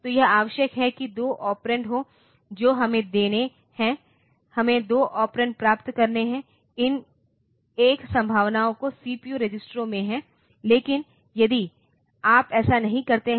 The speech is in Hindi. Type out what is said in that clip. तो यह आवश्यक है कि 2 ऑपरेंड हो जो हमें देने हैं हमें 2 ऑपरेंड प्राप्त करने हैं इन एक संभावनाओं को सीपीयू रजिस्टरों में हैं लेकिन यदि आप ऐसा नहीं करते हैं